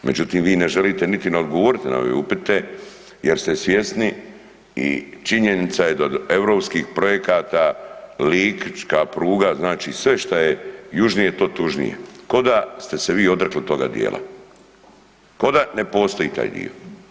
Međutim vi ne želite niti ni odgovoriti na ove upite jer ste svjesni i činjenica je da od europskih projekata lička pruga znači sve što je južnije to tužnije, ko da ste se vi odrekli toga dijela, ko da ne postoji taj dio.